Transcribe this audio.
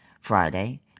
Friday